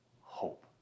hope